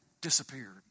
disappeared